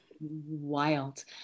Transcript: wild